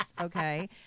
Okay